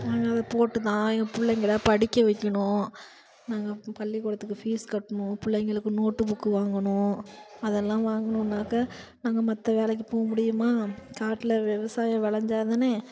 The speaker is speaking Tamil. நாங்கள் அதை போட்டு தான் என் பிள்ளைங்கள படிக்க வைக்கணும் நாங்கள் பள்ளிக்கூடத்துக்கு ஃபீஸ் கட்டணும் பிள்ளைங்களுக்கு நோட்டு புக்கு வாங்கணும் அதெல்லாம் வாங்கன்னாக்க நாங்கள் மற்ற வேலைக்கு போக முடியுமா காட்டில் விவசாயம் விளஞ்சா தானே